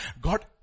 God